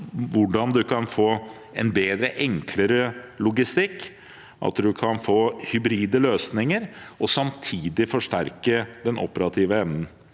hvordan man kan få en bedre og enklere logistikk, at man kan få hybride løsninger og samtidig forsterke den operative evnen.